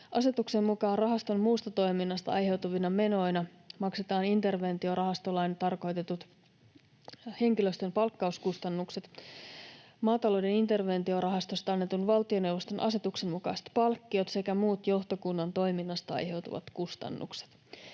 Asetuksen mukaan rahaston muusta toiminnasta aiheutuvina menoina maksetaan interventiorahastolaissa tarkoitetut henkilöstön palkkauskustannukset, maatalouden interventiorahastosta annetun valtioneuvoston asetuksen mukaiset palkkiot sekä muut johtokunnan toiminnasta aiheutuvat kustannukset.